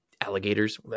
alligators